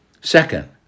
Second